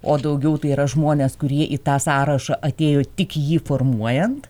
o daugiau tai yra žmonės kurie į tą sąrašą atėjo tik jį formuojant